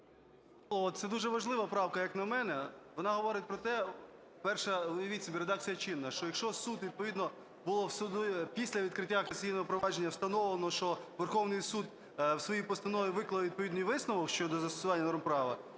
Це дуже важлива правка, як на мене. Вона говорить про те… перше: уявіть собі, редакція чинна, що якщо суд, відповідно, було після відкриття касаційного провадження встановлено, що Верховний Суд в своїй постанові виклав відповідний висновок щодо застосування норм права,